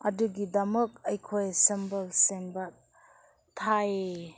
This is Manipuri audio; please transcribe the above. ꯑꯗꯨꯒꯤꯗꯃꯛ ꯑꯩꯈꯣꯏ ꯁꯝꯕꯜ ꯁꯦꯝꯕ ꯇꯥꯏ